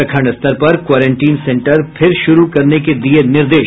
प्रखंड स्तर पर क्वारेंटिन सेंटर फिर शुरू करने के दिये निर्देश